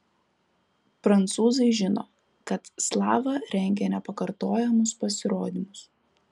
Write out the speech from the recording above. prancūzai žino kad slava rengia nepakartojamus pasirodymus